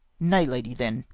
nay, lady, then,